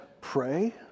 pray